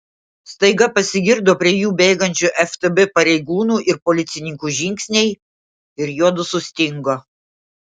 staiga pasigirdo prie jų bėgančių ftb pareigūnų ir policininkų žingsniai ir juodu sustingo